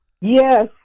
Yes